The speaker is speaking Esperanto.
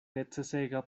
necesega